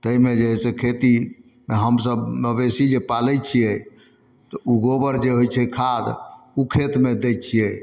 ताहिमे जे है से खेती हमसब मवेशी जे पालय छियै तऽ उहोपर जे होइ छै खाद ओ खेतमे दै छियै